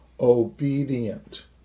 obedient